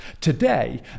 Today